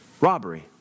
robbery